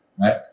right